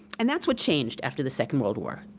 and that's what changed after the second world war.